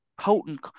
potent